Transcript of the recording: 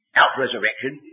out-resurrection